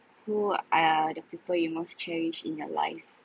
who are the people you most cherish in your life